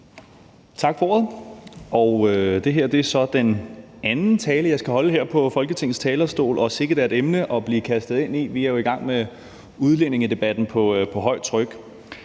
Tak for ordet. Det her er så den anden tale, jeg skal holde her på Folketingets talerstol, og sikke da et emne at blive kastet ind i. Vi er jo i gang med udlændingedebatten på højt tryk.